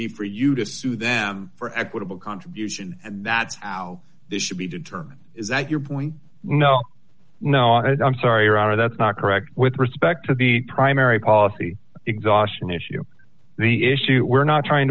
be for you to sue them for equitable contribution and that's how this should be determined that your point no no i'm sorry your honor that's not correct with respect to the primary policy exhaustion issue the issue we're not trying